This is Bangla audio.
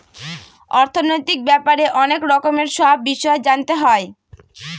অর্থনৈতিক ব্যাপারে অনেক রকমের সব বিষয় জানতে হয়